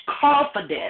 confidence